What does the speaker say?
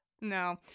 No